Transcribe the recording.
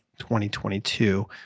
2022